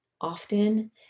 often